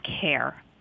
care